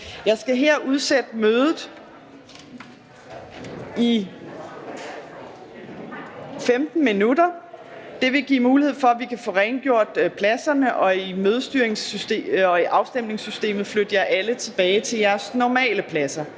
Jeg skal her udsætte mødet i 15 minutter. Det vil give mulighed for, at vi kan få rengjort pladserne og flyttet alle tilbage til de normale pladser